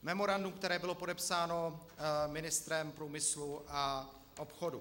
Memorandum, které bylo podepsáno ministrem průmyslu a obchodu.